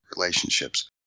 relationships